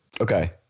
Okay